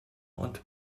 und